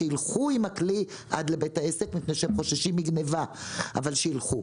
שילכו עם הכלי עד לבית העסק משום שהם חוששים מגניבה אבל שילכו.